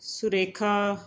Surekha